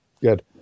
Good